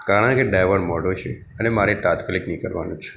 કારણ કે ડ્રાઈવર મોડો છે અને મારે તાત્કાલિક નીકળવાનું છે